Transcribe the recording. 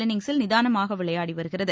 இன்னிங்ஸில் நிதானமாக விளையாடி வருகிறது